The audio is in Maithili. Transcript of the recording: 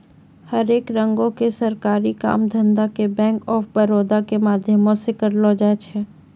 हरेक रंगो के सरकारी काम धंधा के बैंक आफ बड़ौदा के माध्यमो से करलो जाय छै